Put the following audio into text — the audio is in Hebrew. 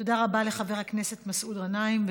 תודה רבה לחבר הכנסת מסעוד גנאים.